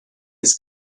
his